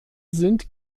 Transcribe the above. sind